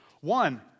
One